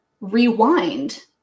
rewind